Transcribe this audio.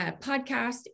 podcast